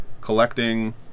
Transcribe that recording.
collecting